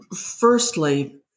Firstly